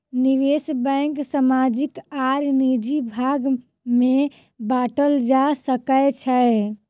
निवेश बैंक सामाजिक आर निजी भाग में बाटल जा सकै छै